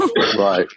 Right